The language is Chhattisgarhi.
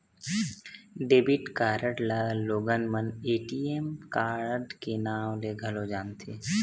डेबिट कारड ल लोगन मन ए.टी.एम कारड के नांव ले घलो जानथे